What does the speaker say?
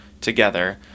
together